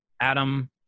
Adam